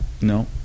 No